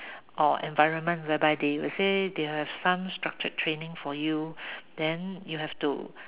or environment whereby they will say they have some structured training for you then you have to